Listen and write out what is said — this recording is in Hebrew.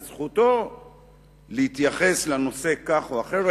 זו זכותו להתייחס לנושא כך או אחרת.